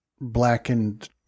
blackened